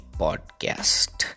podcast